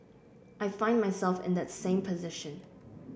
I find myself in that same position